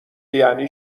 یعنی